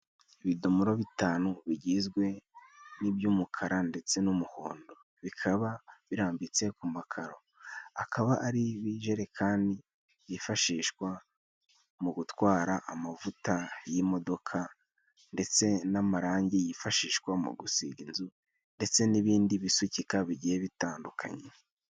Ibidomoro bitanu bigizwe n'iby'umukara ,ndetse n'umuhondo, bikaba birambitse ku makaro ,akaba ari bijekani byifashishwa mu gutwara amavuta y'imodoka ,ndetse n'amarangi yifashishwa mu gusiga inzu ndetse n'ibindi bisukika bigiye bitandukanye.